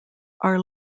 are